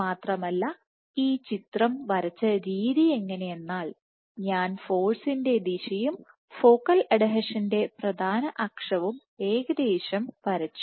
മാത്രമല്ല ഈ ചിത്രം വരച്ച രീതി എങ്ങനെയെന്നാൽ ഞാൻ ഫോഴ്സിൻറെ ദിശയും ഫോക്കൽ അഡ്ഹീഷന്റെ പ്രധാന അക്ഷവും ഏകദേശം വരച്ചു